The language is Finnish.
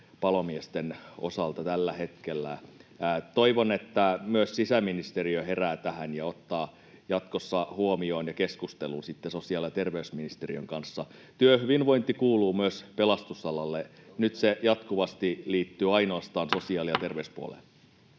palomiesten osalta tällä hetkellä. Toivon, että myös sisäministeriö herää tähän ja ottaa tämän jatkossa huomioon ja keskusteluun sitten sosiaali- ja terveysministeriön kanssa. Työhyvinvointi kuuluu myös pelastusalalle. [Petri Huru: Juuri näin!] Nyt se jatkuvasti liittyy ainoastaan sosiaali- ja terveyspuoleen.